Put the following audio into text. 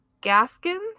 Gaskins